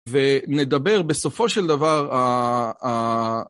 ונדבר בסופו של דבר ה...